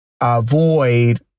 avoid